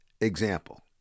example